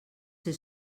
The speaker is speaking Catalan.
ser